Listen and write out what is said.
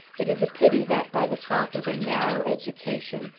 it is a pity that, by the fault of a narrow education,